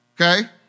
Okay